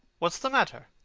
what's the matter?